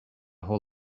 whole